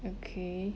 okay